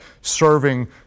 serving